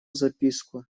записку